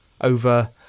over